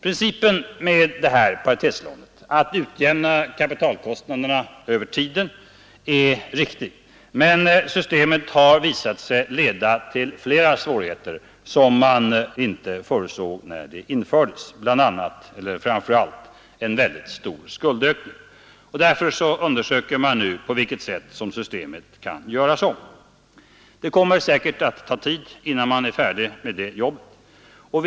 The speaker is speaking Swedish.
Principen med paritetslån — att utjämna kapitalkostnaderna över tiden — är riktig. Men systemet har visat sig leda till flera svårigheter som man inte förutsåg när det infördes, framför allt en mycket stor skuldökning. Därför undersöker man nu på vilket sätt systemet kan göras om. Det kommer säkert att ta tid innan man är färdig med det jobbet.